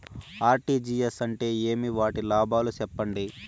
RTGS అంటే ఏమి? వాటి లాభాలు సెప్పండి?